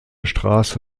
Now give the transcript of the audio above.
straße